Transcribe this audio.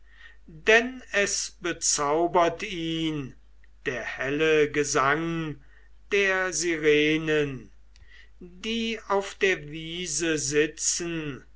denn es bezaubert ihn der helle gesang der sirenen die auf der wiese sitzen